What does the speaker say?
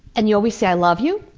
and you always say, i love you,